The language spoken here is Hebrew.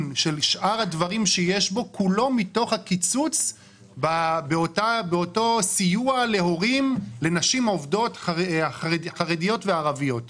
הוא מהקיצוץ של הסיוע לנשים חרדיות וערביות שעובדות,